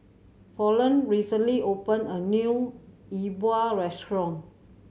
Fallon recently opened a new E Bua restaurant